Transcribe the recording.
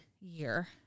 year